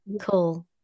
Cool